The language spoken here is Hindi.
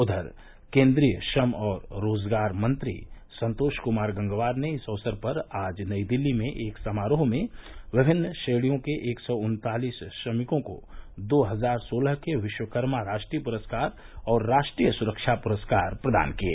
उधर केन्द्रीय श्रम और रोजगार मंत्री संतोष कुमार गंगवार ने इस अवसर पर आज नई दिल्ली में एक समारोह में विभिन्न श्रेणियों के एक सौ उन्तालिस श्रमिकों को दो हजार सोलह के विश्वकर्मा राष्ट्रीय पुरस्कार और राष्ट्रीय सुरक्षा पुरस्कार प्रदान किये